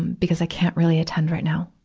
because i can't really attend right now.